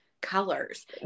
colors